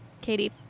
Katie